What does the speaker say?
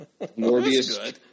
Morbius